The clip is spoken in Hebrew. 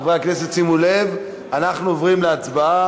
חברי הכנסת, שימו לב, אנחנו עוברים להצבעה.